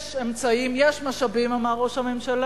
יש אמצעים, יש משאבים, אמר ראש הממשלה.